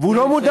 והוא לא מודע